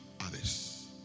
others